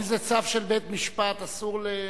אם זה צו של בית-משפט אסור לכנסת,